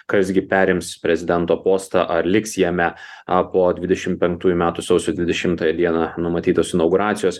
kas gi perims prezidento postą ar liks jame a po dvidešimt penktųjų metų sausio dvidešimtąją dieną numatytos inauguracijos